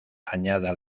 añada